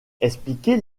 expliquer